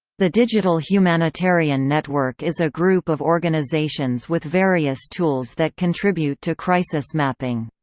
the digital humanitarian network is a group of organizations with various tools that contribute to crisis mapping.